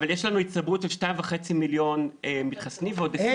אבל יש לנו הצטברות של 2.5 מיליון מתחסנים ועוד 20 מיליון בעולם.